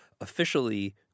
officially